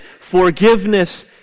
Forgiveness